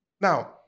Now